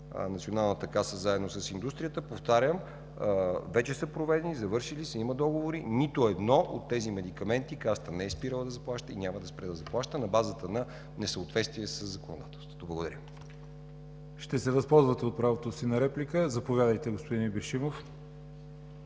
Националната каса заедно с индустрията, повтарям, вече са проведени, завършили са, има договори, нито едно от тези медикаменти Касата не е спирала да заплаща и няма на спре да заплаща на база на несъответствие със законодателството. Благодаря. ПРЕДСЕДАТЕЛ ЯВОР ХАЙТОВ: Ще се възползвате от правото си на реплика? Заповядайте, господин Ибришимов.